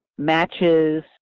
matches